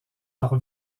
par